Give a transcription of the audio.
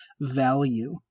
value